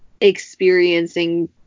experiencing